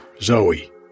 Zoe